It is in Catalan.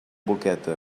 boqueta